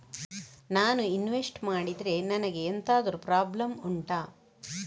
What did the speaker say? ನಾನು ಇನ್ವೆಸ್ಟ್ ಮಾಡಿದ್ರೆ ನನಗೆ ಎಂತಾದ್ರು ಪ್ರಾಬ್ಲಮ್ ಉಂಟಾ